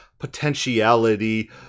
potentiality